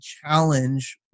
challenge